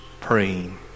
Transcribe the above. praying